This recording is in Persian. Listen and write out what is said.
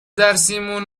درسیمون